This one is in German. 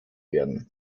werden